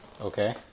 Okay